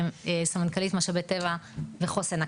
סמנכ"לית משאבי טבע וחוסן אקלימי,